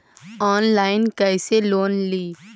Online कैसे loan ली?